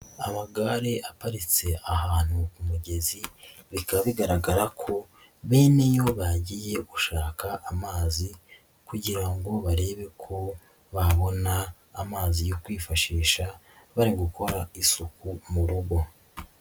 Amagare aparitse ahantu ku mugezi, bikaba bigaragara ko beneyo bagiye gushaka amazi kugira ngo barebe ko babona amazi yo kwifashisha bari gukora isuku mu rugo.